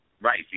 Right